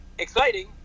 Exciting